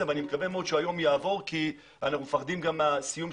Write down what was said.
ואני מקווה מאוד שהיום זה יעבור כי אנחנו פוחדים מהתפזרות